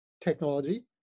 technology